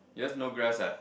yours no grass ah